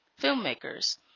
filmmakers